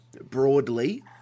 broadly